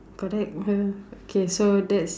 correct okay so that's